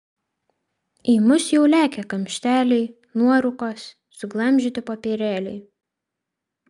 į mus jau lekia kamšteliai nuorūkos suglamžyti popierėliai